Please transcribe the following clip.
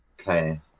Okay